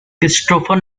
christopher